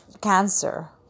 cancer